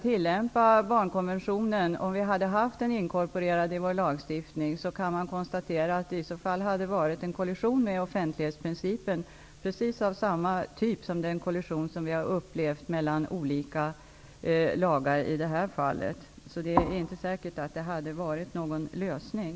Om barnkonventionen hade varit inkorporerad i vår lagstiftning och om det hade varit fråga om att tillämpa den, hade det i så fall uppstått en kollision med offentlighetsprincipen, precis av samma typ som när det gällde kollision mellan olika lagar i det här fallet. Så det är inte säkert att barnkonventionen hade varit någon lösning.